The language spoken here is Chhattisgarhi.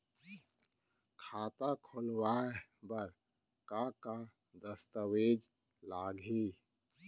खाता खोलवाय बर का का दस्तावेज लागही?